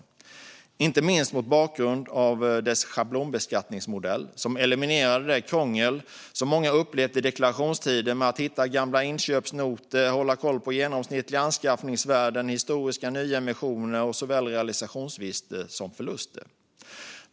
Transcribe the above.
Det gäller inte minst mot bakgrund av dess schablonbeskattningsmodell, som eliminerade det krångel som många upplevt i deklarationstider med att hitta gamla inköpsnotor och hålla koll på genomsnittliga anskaffningsvärden, historiska nyemissioner och såväl realisationsvinster som förluster.